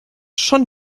schon